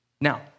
Now